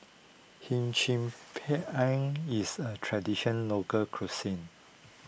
Him Chim Peng is a tradition local cuisine